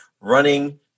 running